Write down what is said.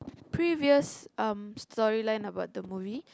previous um storyline about the movie